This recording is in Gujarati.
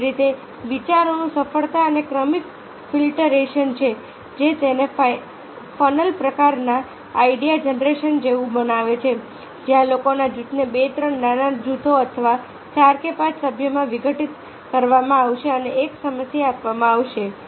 તેવી જ રીતે વિચારોનું સફળતા અને ક્રમિક ફિલ્ટરેશન છે જે તેને ફનલ પ્રકારના આઈડિયા જનરેશન જેવું બનાવે છે જ્યાં લોકોના જૂથને બે ત્રણ નાના જૂથો અથવા ચાર કે પાંચ સભ્યોમાં વિઘટિત કરવામાં આવશે અને એક સમસ્યા આપવામાં આવશે